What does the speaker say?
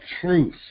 truth